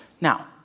Now